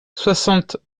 soixante